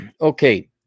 Okay